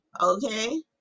Okay